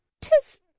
Tis